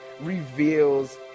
reveals